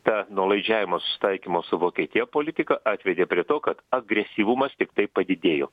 ta nuolaidžiavimo susitaikymo su vokietija politika atvedė prie to kad agresyvumas tiktai padidėjo